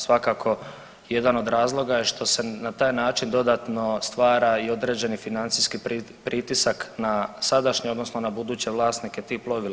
Svakako, jedan od razloga je što se na taj način dodatno stvara i određeni financijski pritisak na sadašnje, odnosno na buduće vlasnike tih plovila.